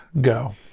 go